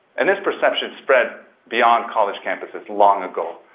and this perception spread beyond college campuses long ago.